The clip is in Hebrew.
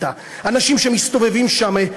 את האנשים שמסתובבים שם,